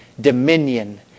dominion